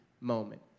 moment